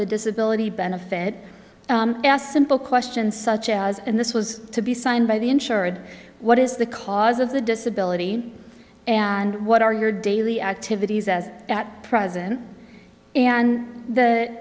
the disability benefit a simple question such as and this was to be signed by the insured what is the cause of the disability and what are your daily activities as at present and